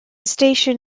station